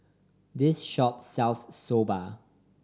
this shop sells Soba